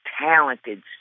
talented